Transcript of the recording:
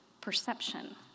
perception